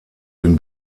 den